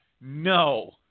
no